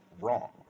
wrong